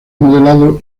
modelado